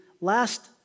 last